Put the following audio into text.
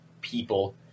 people